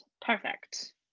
perfect